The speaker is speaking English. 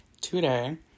today